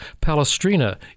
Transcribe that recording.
Palestrina